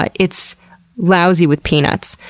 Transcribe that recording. but it's lousy with peanuts.